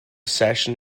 session